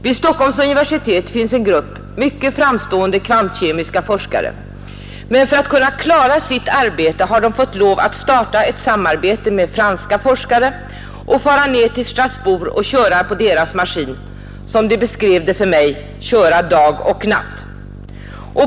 Vid Stockholms universitet finns en grupp mycket framstående kvantkemiska forskare, men för att kunna klara det arbetet har de fått lov att starta ett samarbete med franska forskare och fara ner till Strasbourg och köra på deras maskin — som de beskrev det för mig: ”dag och natt”.